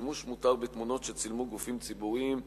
שימוש מותר בתמונות שצילמו גופים ציבוריים),